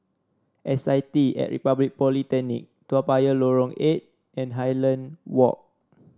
S I T at Republic Polytechnic Toa Payoh Lorong Eight and Highland Walk